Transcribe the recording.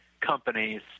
companies